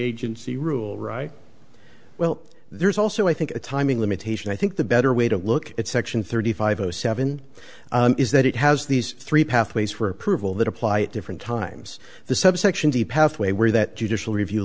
agency rule right well there's also i think a timing limitation i think the better way to look at section thirty five zero seven is that it has these three pathways for approval that apply at different times the subsection the pathway where that judicial review